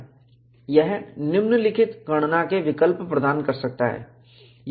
यह निम्नलिखित गणना के विकल्प प्रदान कर सकता है